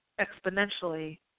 exponentially